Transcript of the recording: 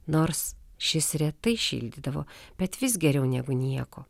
nors šis retai šildydavo bet vis geriau negu nieko